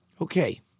Okay